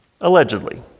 allegedly